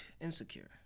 insecure